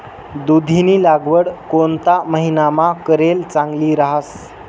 दुधीनी लागवड कोणता महिनामा करेल चांगली रहास